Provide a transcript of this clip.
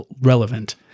relevant